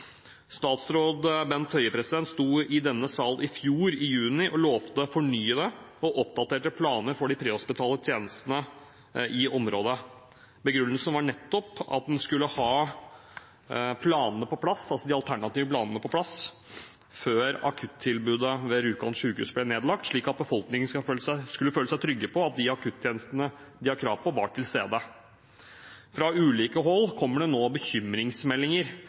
Statsråd Bent Høie sto i denne sal i juni i fjor og lovet fornyede og oppdaterte planer for de prehospitale tjenestene i området. Begrunnelsen var nettopp at en skulle ha de alternative planene på plass før akuttilbudet ved Rjukan sykehus ble nedlagt, slik at befolkningen skulle føle seg trygge på at de akuttjenestene de har krav på, var til stede. Fra ulike hold kommer det nå bekymringsmeldinger